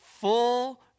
full